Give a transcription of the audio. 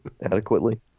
adequately